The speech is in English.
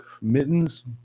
Mittens